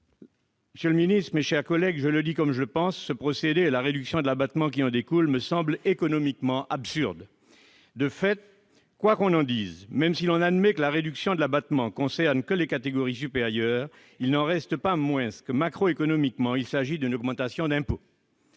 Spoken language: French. financer par ailleurs des mesures. Je le dis comme je le pense, ce procédé et la réduction de l'abattement qui en découle me semblent économiquement absurdes ! Même si l'on admet que la réduction de l'abattement ne concerne que les catégories supérieures, il n'en reste pas moins que, macroéconomiquement, il s'agit d'une augmentation d'impôt.